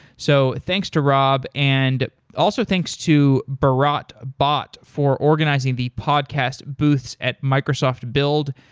so thanks to rob, and also thanks to barrat bot for organizing the podcast booths at microsoft build.